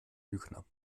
lügner